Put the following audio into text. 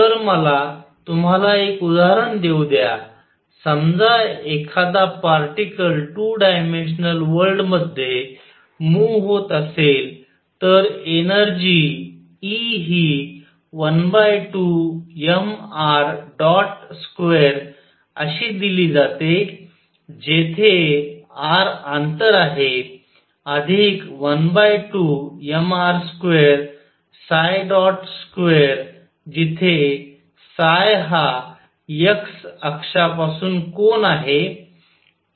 तर मला तुम्हाला एक उदाहरण देऊ द्या समजा एखादा पार्टीकल 2 डायमेन्शनल वर्ल्ड मध्ये मुव्ह होत असेल तर एनर्जी E हि 12mr2 अशी दिले जाते जेथे r अंतर आहे अधिक 12mr22 जिथे हा x अक्षापासून कोन आहे